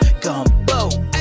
gumbo